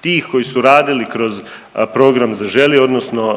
tih koji su radili kroz program „Zaželi“ odnosno